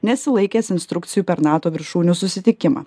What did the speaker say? nesilaikęs instrukcijų per nato viršūnių susitikimą